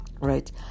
right